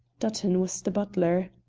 dutton was the butler.